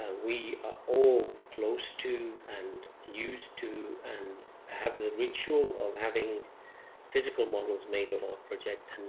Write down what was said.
ah we are all close to, and used to, and have the ritual of having physical models made of our project.